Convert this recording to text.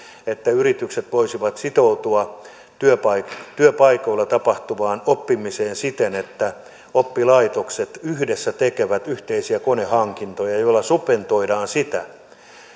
että yritykset voisivat sitoutua työpaikoilla tapahtuvaan oppimiseen siten että oppilaitokset yhdessä tekevät yhteisiä konehankintoja joilla subventoidaan sitä